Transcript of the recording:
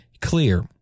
clear